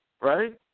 right